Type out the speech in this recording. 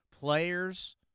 Players